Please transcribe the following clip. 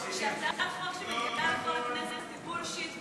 והצעת החוק שמגיעה לפה לכנסת היא בולשיט,